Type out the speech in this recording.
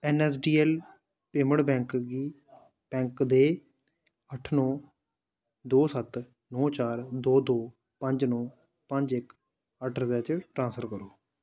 N S D L payment bank गी bank दे अठ्ठ नौ दो सत नौ चार दो दो पंज नौ पंज इक अठ्ठ त्रै च ट्रांसफर करो